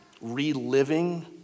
reliving